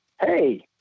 Hey